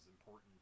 important